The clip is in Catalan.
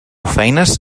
feines